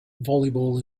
volleyball